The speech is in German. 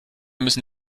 müssen